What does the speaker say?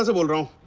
ah window,